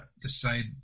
decide